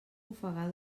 ofegar